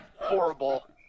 horrible